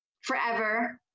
forever